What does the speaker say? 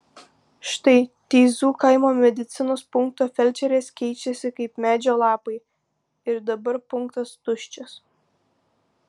štai teizų kaimo medicinos punkto felčerės keičiasi kaip medžio lapai ir dabar punktas tuščias